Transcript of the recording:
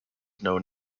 known